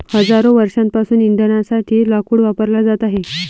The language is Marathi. हजारो वर्षांपासून इंधनासाठी लाकूड वापरला जात आहे